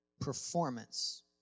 performance